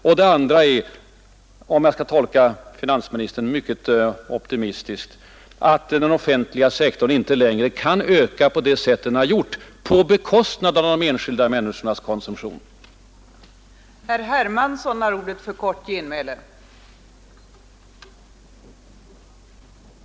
Och det är också glädjande — om jag får tolka finansministern mycket optimistiskt — att han också medger, att den offentliga sektorn inte längre kan öka på det sätt den hittills har gjort på bekostnad av de enskilda människornas konsumtionsmöjligheter.